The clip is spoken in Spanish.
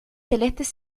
celestes